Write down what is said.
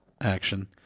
action